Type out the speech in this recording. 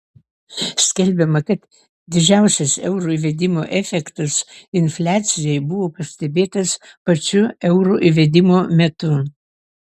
skelbiama kad didžiausias euro įvedimo efektas infliacijai buvo pastebėtas pačiu euro įvedimo metu